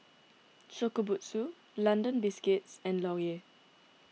Shokubutsu London Biscuits and Laurier